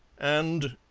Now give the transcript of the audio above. and,